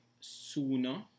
sooner